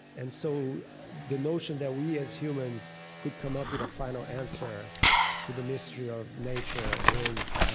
and so the notion that we as humans could come up with a final answer to the mystery of nature is